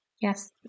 yes